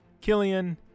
Killian